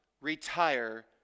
retire